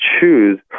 choose